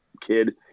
kid